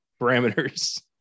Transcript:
parameters